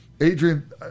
Adrian